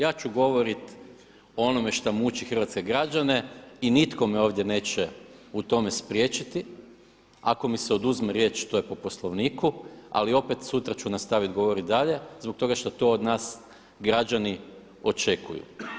Ja ću govoriti o onome što muči hrvatske građane i nitko me ovdje neće u tome spriječiti, ako mi se oduzme riječ to je po Poslovniku, ali opet sutra ću nastaviti govorit dalje zbog toga što to od nas građani očekuju.